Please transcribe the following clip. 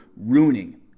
ruining